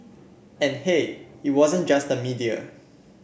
and hey it wasn't just the media